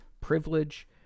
privilege